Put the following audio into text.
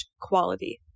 quality